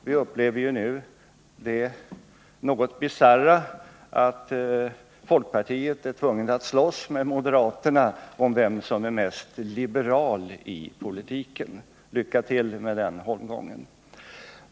Vi upplever nu det något bisarra att folkpartiet är tvunget att slåss med moderaterna om vem som är mest liberal i politiken. Lycka till med den holmgången!